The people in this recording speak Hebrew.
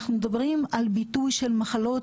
אנחנו מדברים על ביטוי של מחלות,